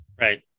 Right